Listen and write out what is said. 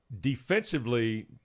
Defensively